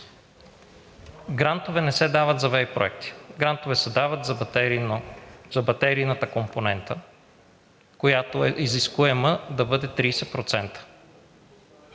грантове не се дават за ВЕИ проекти. Грантове се дават за батерийната компонента, която е изискуема да бъде 30%